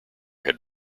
had